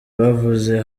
bavuze